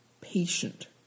patient